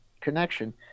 connection